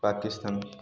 Pakistan